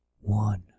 one